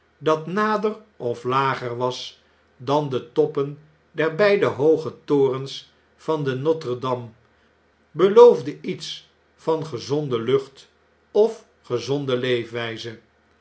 dat nader of lager was dan de toppen der beide hooge torens van nortre dame heloofde iets van gezonde lucht of gezonde leefwyze